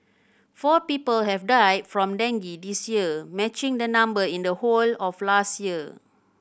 four people have died from dengue this year matching the number in the whole of last year